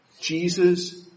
Jesus